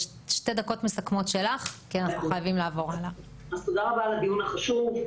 תודה רבה על הדיון החשוב.